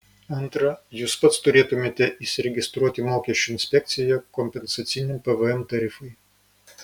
antra jūs pats turėtumėte įsiregistruoti mokesčių inspekcijoje kompensaciniam pvm tarifui